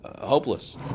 hopeless